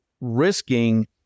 risking